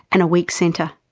and a weak centre.